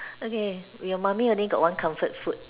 okay your mummy only got one comfort food